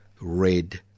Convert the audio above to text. red